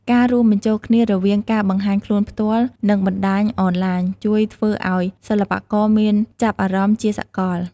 ការរួមបញ្ចូលគ្នារវាងការបង្ហាញខ្លួនផ្ទាល់ និងបណ្ដាញអនឡាញជួយធ្វើឲ្យសិល្បករមានចាប់អារម្មណ៍ជាសកល។